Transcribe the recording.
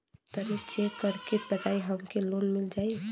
तनि चेक कर के बताई हम के लोन मिल जाई?